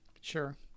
sure